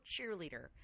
cheerleader